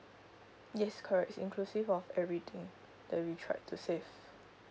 yes correct it's inclusive of everything that we tried to save